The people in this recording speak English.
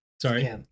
Sorry